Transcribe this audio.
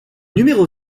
numéro